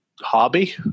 hobby